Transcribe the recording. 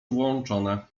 włączone